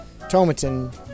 Tomatin